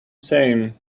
same